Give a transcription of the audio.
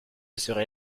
serai